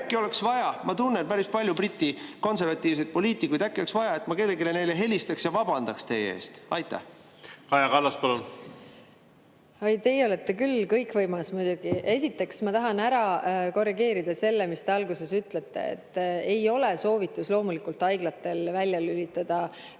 ma tunnen päris paljusid Briti konservatiivseid poliitikuid –, äkki oleks vaja, et ma kellelegi neist helistaks ja vabandaks teie eest? Kaja Kallas, palun! Kaja Kallas, palun! Oi, teie olete küll kõikvõimas muidugi! Esiteks ma tahan ära korrigeerida selle, mis te alguses ütlesite. Ei ole soovitus loomulikult haiglatel välja lülitada